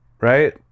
right